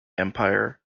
empire